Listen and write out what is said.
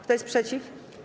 Kto jest przeciw?